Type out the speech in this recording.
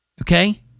Okay